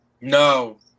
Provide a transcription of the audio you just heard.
No